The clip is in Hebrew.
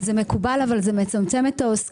זה מקובל, אבל זה מצמצם את העוסקים.